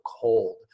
cold